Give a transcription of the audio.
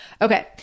Okay